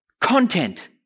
content